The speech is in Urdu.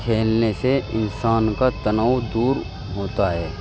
کھیلنے سے انسان کا تناؤ دور ہوتا ہے